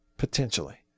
Potentially